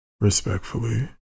respectfully